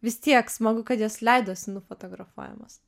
vis tiek smagu kad jos leidosi nufotografuojamos